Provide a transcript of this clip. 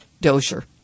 Dozier